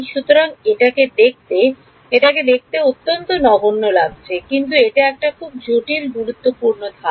সুতরাং এটাকে দেখতে এটাকে দেখতে নগণ্য লাগছে কিন্তু এটা একটা খুব গুরুত্বপূর্ণ ধাপ